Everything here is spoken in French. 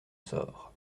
sort